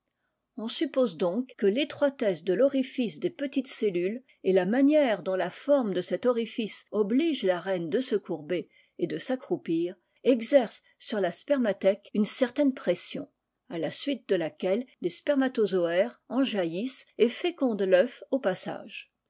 on suppose donc que fétroitesse de l'orifice des petite iules et la manière dont la forme d t j la fondation de cet orifice oblige la reine de se courber et de s'accroupir exerce sur la spermathèque une certaine pression à la suite de laquelle les spermatozoaires en jaillissent et fécondent toeuf au passage